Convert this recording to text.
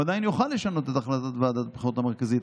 הוא עדיין יוכל לשנות את החלטת ועדת הבחירות המרכזית,